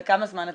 וכמה זמן-